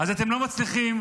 אתם לא מצליחים,